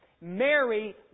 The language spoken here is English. Mary